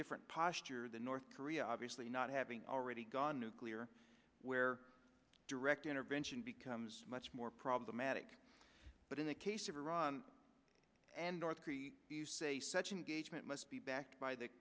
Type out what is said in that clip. different posture the north korea obviously not having already gone nuclear where direct intervention becomes much more problematic but in the case of iran and north korea you say such an gauge meant must be backed by the